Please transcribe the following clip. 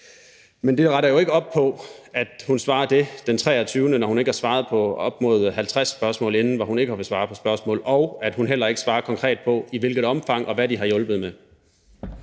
Men det retter jo ikke op på, at ministeren svarer det den 23., når hun ikke har svaret på op mod 50 spørgsmål inden, hvor hun ikke har villet svare på spørgsmål, og at hun heller ikke svarer konkret på, i hvilket omfang og hvad de har hjulpet med.